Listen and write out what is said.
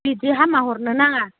इदि हामा हरनो नाङा